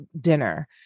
dinner